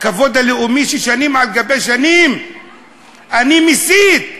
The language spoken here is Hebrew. הכבוד הלאומי ששנים על-גבי שנים אני מסית,